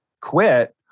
quit